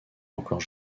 encore